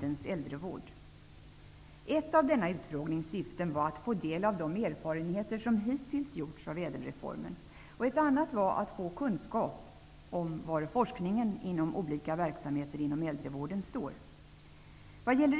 den Ett av denna utfrågnings syften var att utskottet skulle få del av de erfarenheter av ÄDEL-reformen som hittills gjorts. Ett annat syfte var att få kunskap om var forskningen inom olika verksamheter inom äldrevården står.